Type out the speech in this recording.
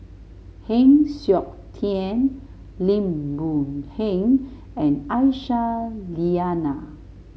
Heng Siok Tian Lim Boon Heng and Aisyah Lyana